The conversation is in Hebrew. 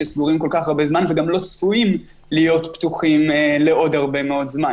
שסגורים כל כך הרבה זמן ולא צפויים להיות פתוחים לעוד הרבה זמן?